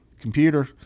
computer